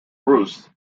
bruce